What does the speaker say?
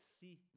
see